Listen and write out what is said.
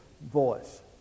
voice